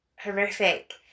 horrific